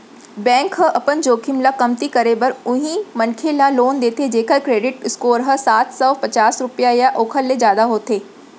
bank ह अपन जोखिम ल कमती करे बर उहीं मनखे ल लोन देथे जेखर करेडिट स्कोर ह सात सव पचास रुपिया या ओखर ले जादा होथे